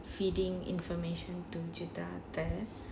feeding information to jithathash